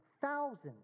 thousands